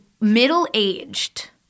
middle-aged